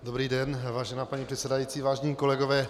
Dobrý den, vážená paní předsedající, vážení kolegové.